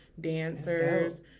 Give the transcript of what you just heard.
dancers